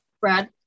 Brad